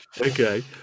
Okay